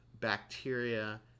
Bacteria